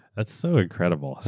ah so incredible.